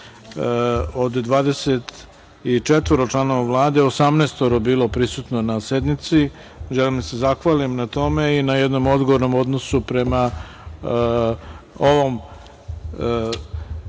od 24 članova Vlade, 18 bilo prisutno na sednici. Želim da se zahvalim na tome i na jednom odgovornom odnosu prema ovom